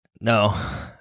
No